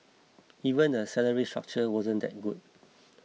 even the salary structure wasn't that good